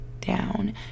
down